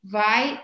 vai